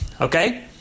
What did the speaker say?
okay